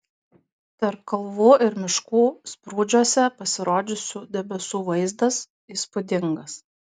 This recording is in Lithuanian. tarp kalvų ir miškų sprūdžiuose pasirodžiusių debesų vaizdas įspūdingas